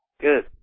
Good